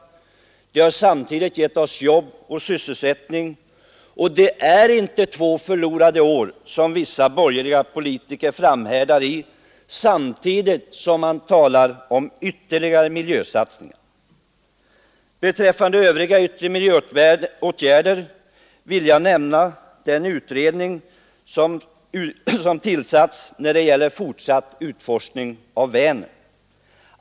De har samtidigt gett oss ökad sysselsättning. Det är inte två förlorade år, som vissa borgerliga politiker framhärdar i att påstå samtidigt som de talar om ytterligare miljösatsningar. Beträffande övriga yttre miljöåtgärder vill jag nämna den utredning som tillsatts om fortsatt utforskning av Vänern.